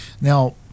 Now